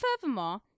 furthermore